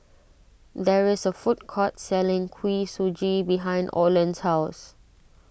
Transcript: there is a food court selling Kuih Suji behind Olen's house